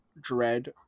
dread